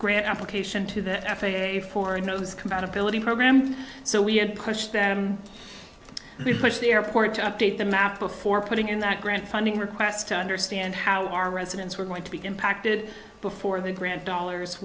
grant application to the f a a for a nose compatibility program so we had pushed that we pushed the airport to update the map before putting in that grant funding request to understand how our residents were going to be impacted before they grant dollars